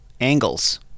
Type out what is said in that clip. angles